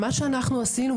מה שאנחנו עשינו,